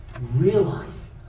Realize